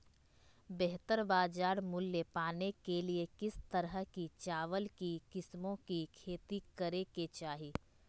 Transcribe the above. बेहतर बाजार मूल्य पाने के लिए किस तरह की चावल की किस्मों की खेती करे के चाहि?